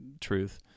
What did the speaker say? truth